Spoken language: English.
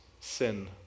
sin